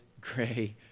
gray